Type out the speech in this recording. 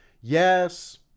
Yes